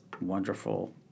wonderful